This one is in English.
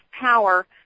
power